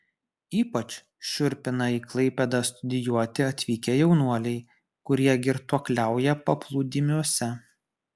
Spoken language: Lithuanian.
ypač šiurpina į klaipėdą studijuoti atvykę jaunuoliai kurie girtuokliauja paplūdimiuose